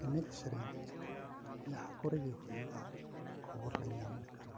ᱮᱱᱮᱡ ᱥᱮᱨᱮᱧ ᱡᱟᱦᱟᱸ ᱠᱚᱨᱮᱜ ᱜᱮ ᱦᱩᱭᱩᱜᱼᱟ ᱠᱷᱚᱵᱚᱨ ᱞᱮ ᱧᱟᱢ ᱞᱮᱠᱷᱟᱱ